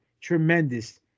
tremendous